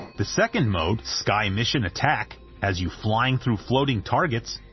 the second mode, sky mission attack, has you flying through floating targets,